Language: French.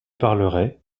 parlerai